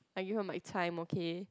I give up my time okay